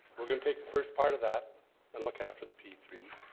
we're going to take the first part of that and look after the p three